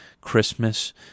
Christmas